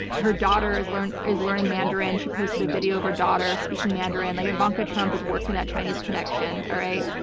her daughter is learning is learning mandarin, she posted a video of her daughter speaking mandarin. like, ivanka trump is working that chinese connection, all right?